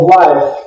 life